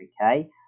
okay